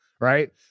Right